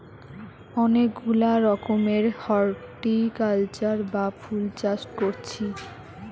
অনেক গুলা রকমের হরটিকালচার বা ফুল চাষ কোরছি